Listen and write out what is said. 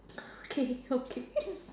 okay okay